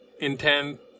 intent